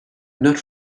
not